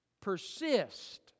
persist